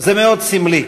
זה מאוד סמלי.